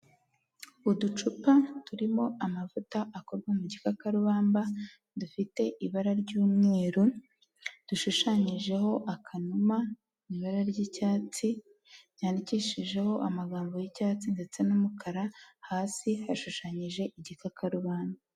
Uducupa turimo amavuta akorwa mu gikakarubamba, dufite ibara ry'umweru, dushushanyijeho akanuma mu ibara ry'icyatsi, ryandikishijeho amagambo y'icyatsi ndetse n'umukara, hasi yashushanyije igikakarubamba.